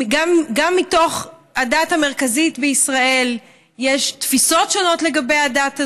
גם בתוך הדת המרכזית בישראל יש תפיסות שונות לגבי הדת הזאת.